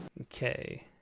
Okay